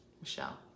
Michelle